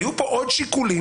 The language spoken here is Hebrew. היו פה עוד שיקולים.